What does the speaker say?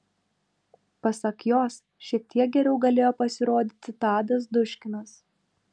pasak jos šiek tek geriau galėjo pasirodyti tadas duškinas